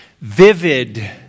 vivid